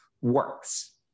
works